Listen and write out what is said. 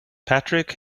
patrick